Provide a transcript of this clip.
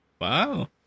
Wow